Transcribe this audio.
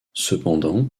cependant